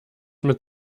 mit